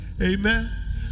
Amen